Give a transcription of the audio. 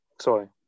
Sorry